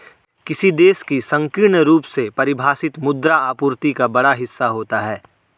किसी देश की संकीर्ण रूप से परिभाषित मुद्रा आपूर्ति का बड़ा हिस्सा होता है